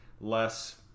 less